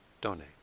donate